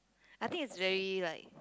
I think it's very like